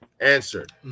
answered